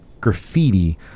graffiti